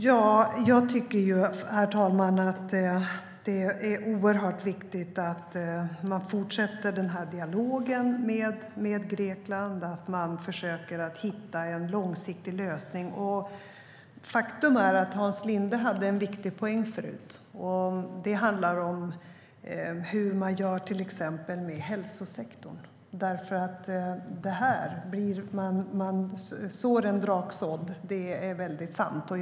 Herr talman! Jag tycker att det är oerhört viktigt att man fortsätter dialogen med Grekland och försöker hitta en långsiktig lösning. Faktum är att Hans Linde hade en viktig poäng förut. Det handlar om hur man gör med till exempel hälsosektorn. Det är väldigt sant att man sår en draksådd.